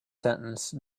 sentence